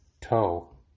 toe